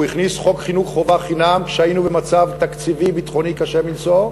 הוא הכניס חוק חינוך חובה חינם כשהיינו במצב תקציבי ביטחוני קשה מנשוא,